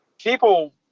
people